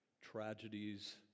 tragedies